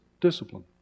discipline